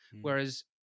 whereas